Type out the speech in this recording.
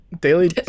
daily